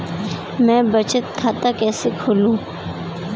मैं बचत खाता कैसे खोलूं?